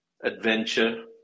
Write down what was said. adventure